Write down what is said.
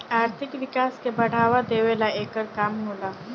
आर्थिक विकास के बढ़ावा देवेला एकर काम होला